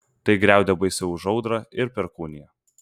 tai griaudė baisiau už audrą ir perkūniją